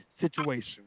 situation